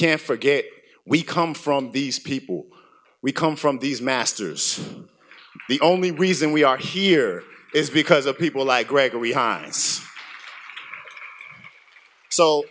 can't forget we come from these people we come from these masters the only reason we are here is because of people like gregory hines so